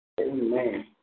Amen